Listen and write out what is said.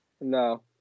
No